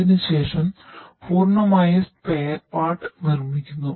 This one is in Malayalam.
അതിനുശേഷം പൂർണ്ണമായ സ്പെയർ പാർട് നിർമ്മിക്കുന്നു